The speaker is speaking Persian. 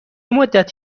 مدت